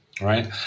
right